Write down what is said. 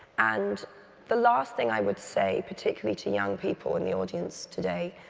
and the last thing i would say, particularly to young people in the audience today,